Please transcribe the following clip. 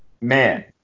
man